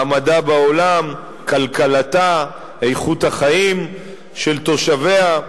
מעמדה בעולם, כלכלתה, איכות החיים של תושביה.